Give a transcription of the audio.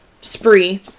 spree